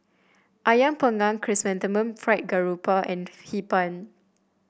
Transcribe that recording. ayam panggang Chrysanthemum Fried Garoupa and Hee Pan